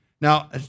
Now